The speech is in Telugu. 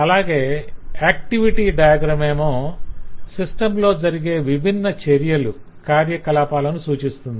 అలాగే యాక్టివిటీ డయాగ్రమేమో సిస్టమ్ లో జరిగే విభిన్న చర్యలు కార్యకలాపాలను సూచిస్తుంది